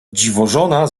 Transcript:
dziwożona